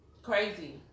Crazy